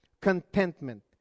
Contentment